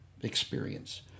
experience